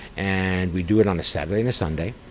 and we do it on a saturday and a sunday,